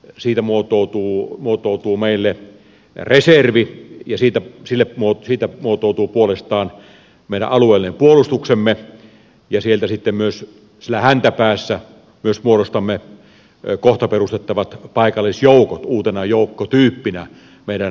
siitä muotoutuu meille reservi ja siitä muotoutuu puolestaan meidän alueellinen puolustuksemme ja sitten myös siellä häntäpäässä muodostamme kohta perustettavat paikallisjoukot uutena joukkotyyppinä meidän puolustukseemme